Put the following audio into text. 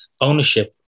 ownership